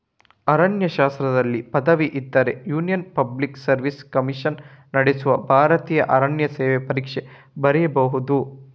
ಅರಣ್ಯಶಾಸ್ತ್ರದಲ್ಲಿ ಪದವಿ ಇದ್ರೆ union public service commission ನಡೆಸುವ ಭಾರತೀಯ ಅರಣ್ಯ ಸೇವೆ ಪರೀಕ್ಷೆ ಬರೀಬಹುದು